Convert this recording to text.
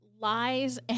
lies